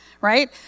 Right